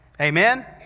Amen